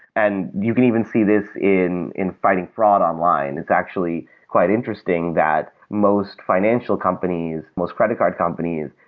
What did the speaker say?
and you can even see this in in fighting fraud online. it's actually quite interesting that most financial companies, most credit card companies,